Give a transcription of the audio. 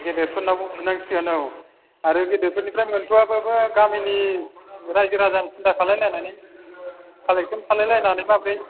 गेदेरफोरनावबो बिनांसिगोन औ आरो गेदेरफोरनिफ्राय मोनथ'आबाबो गामिनि रायजो राजानि सिन्था खालामलायनानै कालेक्सन खालामलायनानै माबोरै